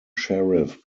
sheriff